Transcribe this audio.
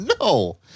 No